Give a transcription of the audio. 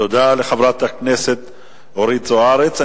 תודה לחברת הכנסת אורית זוארץ.